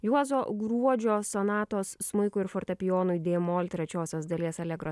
juozo gruodžio sonatos smuikui ir fortepijonui dė mol trečiosios dalies allegro